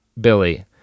Billy